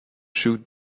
shoot